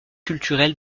culturelle